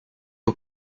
aux